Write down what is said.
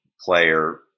player